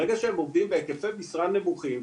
ברגע שהם עובדים בהיקפי משרה נמוכים,